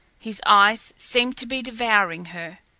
his eyes seemed to be devouring her.